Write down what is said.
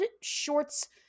shorts